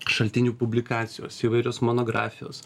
šaltinių publikacijos įvairios monografijos